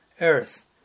earth